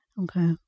Okay